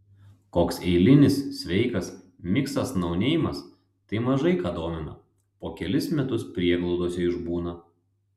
koks eilinis sveikas miksas nauneimas tai mažai ką domina po kelis metus prieglaudose išbūna